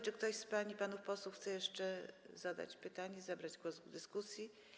Czy ktoś z pań i panów posłów chce jeszcze zadać pytanie, zabrać głos w dyskusji?